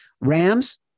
Rams